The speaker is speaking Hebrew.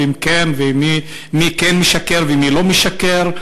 ואם כן ומי כן משקר ומי לא משקר,